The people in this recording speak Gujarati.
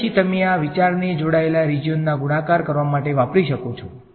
અને પછી તમે આ વિચારને જોડાયેલા રીજીયોનના ગુણાકાર કરવા માટે વાપરી કરી શકો છો